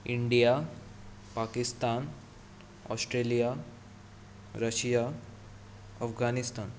India Pakistan Australia Russia Afghanistan